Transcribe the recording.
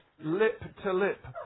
lip-to-lip